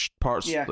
parts